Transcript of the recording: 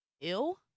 ill